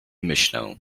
myślę